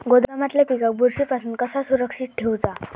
गोदामातल्या पिकाक बुरशी पासून कसा सुरक्षित ठेऊचा?